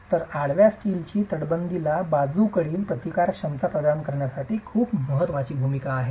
तर आडव्या स्टीलची तटबंदीला बाजूकडील प्रतिकार क्षमता प्रदान करण्यासाठी खूप महत्वाची भूमिका आहे